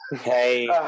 hey